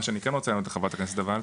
מה שאני כן רוצה לענות לחברת הכנסת אבל,